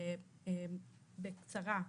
בקצרה,